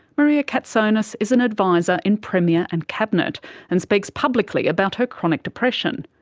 maria katsonis is an advisor in premier and cabinet and speaks publicly about her chronic depression.